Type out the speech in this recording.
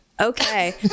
Okay